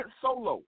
solo